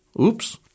Oops